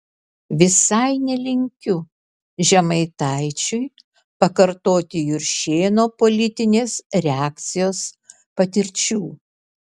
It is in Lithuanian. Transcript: visai nelinkiu žemaitaičiui pakartoti juršėno politinės reakcijos patirčių